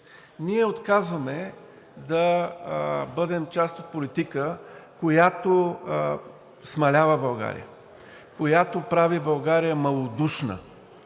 Ние отказваме да бъдем част от политика, която смалява България, която прави България малодушна